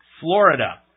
Florida